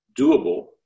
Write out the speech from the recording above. doable